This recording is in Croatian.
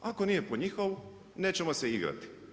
Ako nije po njihovu, nećemo se igrati.